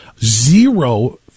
Zero